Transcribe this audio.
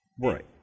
right